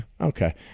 Okay